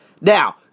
Now